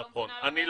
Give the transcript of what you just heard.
אני לא מבינה למה...